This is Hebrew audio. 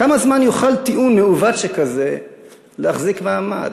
כמה זמן יוכל טיעון מעוות שכזה להחזיק מעמד?